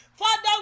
Father